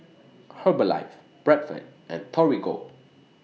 Herbalife Bradford and Torigo